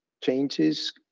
changes